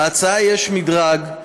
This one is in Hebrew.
בהצעה יש מדרג,